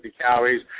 calories